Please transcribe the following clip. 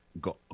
go